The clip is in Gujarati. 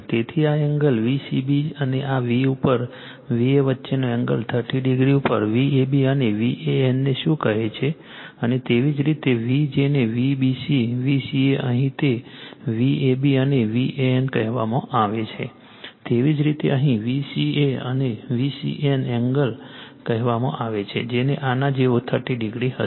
તેથી આ એંગલ Vcb અને આ V ઉપર Va વચ્ચેનો એંગલ 300 ઉપર Vab અને VAN ને શું કહે છે અને તેવી જ રીતે V જેને Vbc Vca અહીં તે Vab અને VAN કહેવામાં આવે છે તેવી જ રીતે અહીં Vca અને VCN એંગલ કહેવામાં આવે છે જે આના જેવો 300 હશે